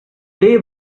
day